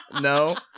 No